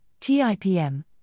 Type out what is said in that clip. TIPM